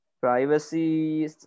privacy